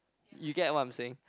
you get what I'm saying